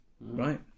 Right